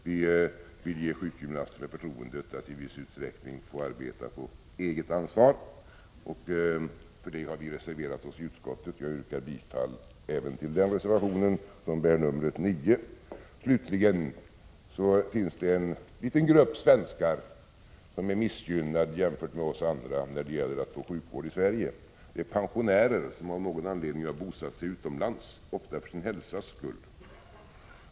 Vi vill ge sjukgymnasten förtroendet att i viss utsträckning få arbeta på eget ansvar. För detta har vi reserverat oss i utskottet, och jag yrkar bifall även till den reservationen, nr 9. Slutligen finns det en liten grupp svenskar som är missgynnade jämfört med oss andra när det gäller att få sjukvård i Sverige. Det är pensionärer som av någon anledning har bosatt sig utomlands, ofta för sin hälsas skull.